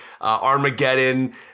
Armageddon